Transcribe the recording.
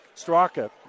Straka